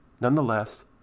Nonetheless